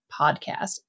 Podcast